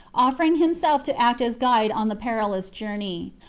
offering himself to act as guide on the perilous journey.